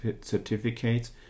certificates